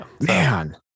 man